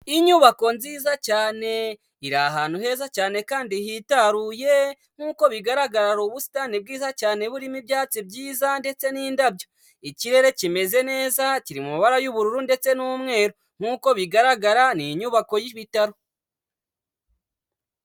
Inyubako nziza cyane iri ahantu heza cyane kandi hitaruye, nk'uko bigaragara hari ubusitani bwiza cyane burimo ibyatsi byiza ndetse n'indabyo, ikirere kimeze neza kari mu mabara y'ubururu ndetse n'umweru, nk'uko bigaragara ni inyubako y'ibitaro.